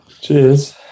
Cheers